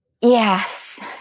Yes